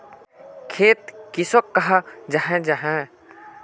खेत किसोक कहाल जाहा जाहा?